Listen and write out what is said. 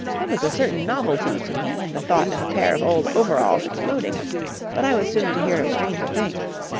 there was a certain novelty to me in the thought of a pair of old overalls exploding but i was soon to hear of stranger things.